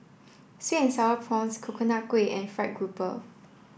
sweets or prawns coconut kuih and fried grouper